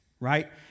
right